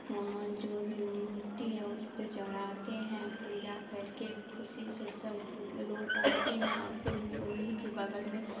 وہاں جو بھی مورتی ہے اس پہ چڑھاتے ہیں پوجا کر کے خوشی سے سب لوٹ آتے ہیں اور پھر میں انہیں کے بغل میں